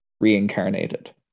reincarnated